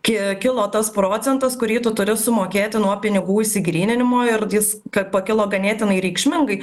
ki kilo tas procentas kurį tu turi sumokėti nuo pinigų išsigryninimo ir jis kad pakilo ganėtinai reikšmingai